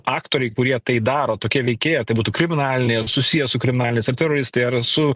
aktoriai kurie tai daro tokie veikėjai ar tai būtų kriminaliniai susiję su kriminaliniais ar teroristai ar su